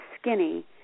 skinny